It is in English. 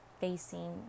facing